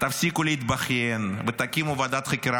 תפסיקו להתבכיין ותקימו ועדת חקירה